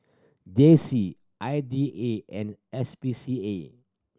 J C I D A and S P C A